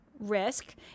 Risk